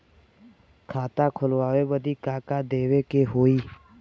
खाता खोलावे बदी का का देवे के होइ?